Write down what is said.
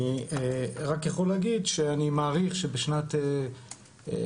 אני רק יכול להגיד שאני מעריך שבשנת 2022